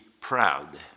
proud